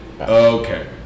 Okay